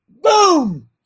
Boom